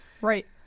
Right